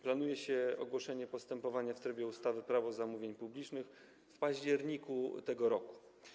Planuje się ogłoszenie o wszczęciu postępowania w trybie ustawy Prawo zamówień publicznych w październiku tego roku.